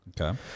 Okay